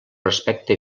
respecte